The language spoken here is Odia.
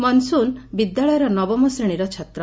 ମନସୁନ ବିଦ୍ୟାଳୟର ନବମ ଶ୍ରେଶୀର ଛାତ୍ର